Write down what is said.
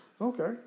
okay